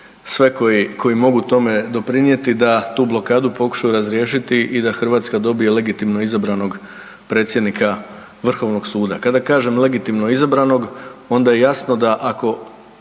sve koji mogu tome doprinijeti da tu blokadu pokušaju razriješiti i da Hrvatska dobije legitimno izabranog predsjednika Vrhovnog suda. Kada kažem legitimno izabranog onda je jasno da ako